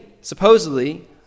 supposedly